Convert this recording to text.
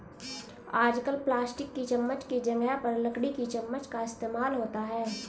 आजकल प्लास्टिक की चमच्च की जगह पर लकड़ी की चमच्च का इस्तेमाल होता है